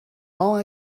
all